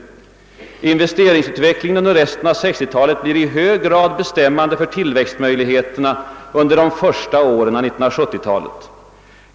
Investeringsutvecklingen under resten av 1960 talet blir »i hög grad bestämmande för tillväxtmöjligheterna under de första åren av 1970-talet.